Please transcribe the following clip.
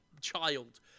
child